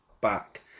back